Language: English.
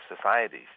societies